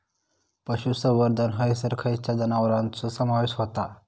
पशुसंवर्धन हैसर खैयच्या जनावरांचो समावेश व्हता?